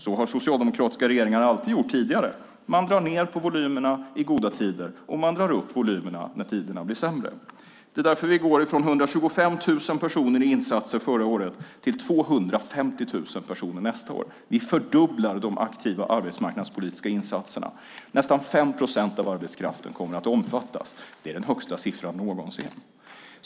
Så har socialdemokratiska regeringar alltid gjort tidigare - man drar ned på volymerna i goda tider, och man drar upp volymerna när tiderna blir sämre. Det är därför vi går från 125 000 personer i insatser förra året till 250 000 personer nästa år. Vi fördubblar de aktiva arbetsmarknadspolitiska insatserna. Nästan 5 procent av arbetskraften kommer att omfattas. Det är den högsta siffran någonsin.